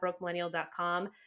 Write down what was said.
brokemillennial.com